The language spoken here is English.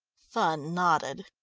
thun nodded.